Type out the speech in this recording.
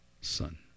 son